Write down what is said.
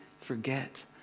forget